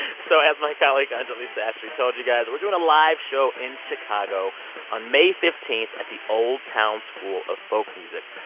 so as my colleague anjuli sastry told you guys, we're doing a live show in chicago on may fifteen fifteen at the old town school of folk music.